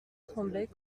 tremblait